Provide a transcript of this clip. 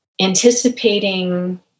anticipating